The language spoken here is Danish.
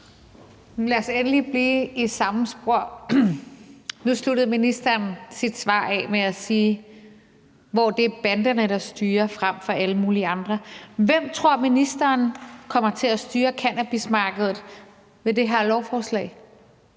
Lad os endelig blive i samme spor. Nu sluttede ministeren sit svar af med at bruge formuleringen: Hvor det er banderne, der styrer, frem for alle mulige andre. Hvem tror ministeren kommer til at styre cannabismarkedet med det her lovforslag?